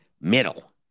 middle